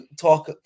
talk